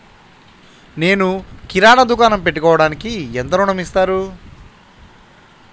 నేను కిరాణా దుకాణం పెట్టుకోడానికి ఎంత ఋణం ఇస్తారు?